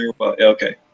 Okay